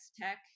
tech